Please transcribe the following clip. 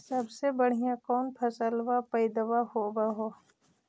सबसे बढ़िया कौन फसलबा पइदबा होब हो?